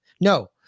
No